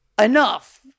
enough